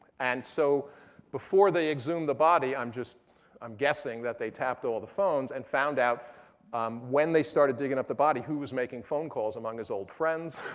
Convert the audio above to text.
and so before they exhumed the body i'm i'm guessing that they tapped all the phones and found out when they started digging up the body, who was making phone calls among his old friends.